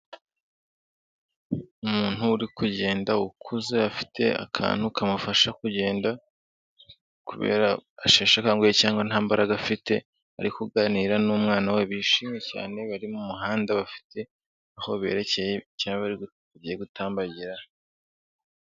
Umuntu uri kugenda ukuze afite akantu kamufasha kugenda, kubera asheshe akanguyehe cyangwa nta mbaraga afite, ari kuganira n'umwana we bishimye cyane, bari mu muhanda bafite aho berekeye cya bagiye gutambagira.